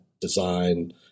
design